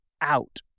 out